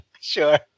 sure